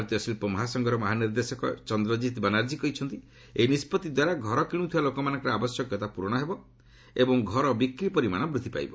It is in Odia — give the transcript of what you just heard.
ଭାରତୀୟ ଶିଳ୍ପ ମହାସଂଘର ମହାନିର୍ଦ୍ଦେଶକ ଚନ୍ଦ୍ରଜିତ୍ ବାନାର୍ଜୀ କହିଛନ୍ତି ଏହି ନିଷ୍ପଭି ଦ୍ୱାରା ଘର କିଣୁଥିବା ଲୋକମାନଙ୍କର ଆବଶ୍ୟକତା ପୂରଣ ହେବ ଏବଂ ଘର ବିକ୍ରି ପରିମାଣ ବୃଦ୍ଧି ପାଇବ